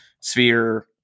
sphere